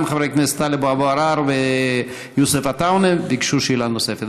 גם חברי הכנסת טלב אבו עראר ויוסף עטאונה ביקשו שאלה נוספת.